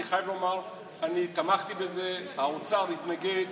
אני חייב לומר, אני תמכתי בזה, האוצר התנגד.